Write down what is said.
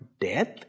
death